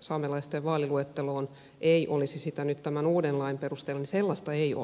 saamelaisten vaaliluetteloon ei olisi sitä nyt tämän uuden lain perusteella niin sellaista ei ole